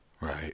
Right